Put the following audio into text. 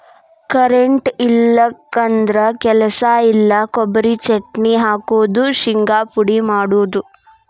current ಇಲ್ಲಿಕಂದ್ರ ಕೆಲಸ ಇಲ್ಲಾ, ಕೊಬರಿ ಚಟ್ನಿ ಹಾಕುದು, ಶಿಂಗಾ ಪುಡಿ ಮಾಡುದು